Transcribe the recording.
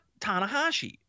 Tanahashi